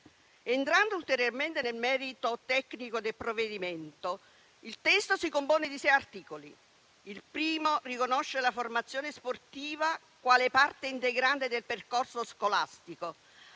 Entrando ulteriormente nel merito tecnico del provvedimento in esame, il testo si compone di 6 articoli: il primo riconosce la formazione sportiva quale parte integrante del percorso scolastico,